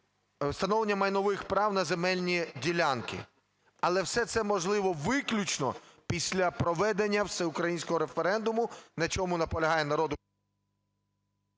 встановлення майнових прав на земельні ділянки. Але все це можливо виключно після проведення всеукраїнського референдуму, на чому наполягає народ